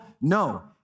no